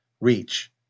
reach